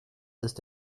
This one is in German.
ist